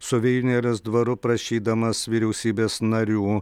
su vijūnėlės dvaru prašydamas vyriausybės narių